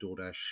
DoorDash